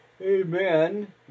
Amen